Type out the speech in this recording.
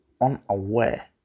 unaware